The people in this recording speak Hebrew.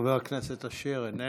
חבר הכנסת אשר, איננו.